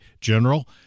general